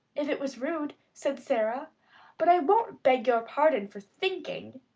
if it was rude, said sara but i won't beg your pardon for thinking.